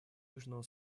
южного